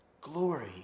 Glory